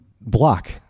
block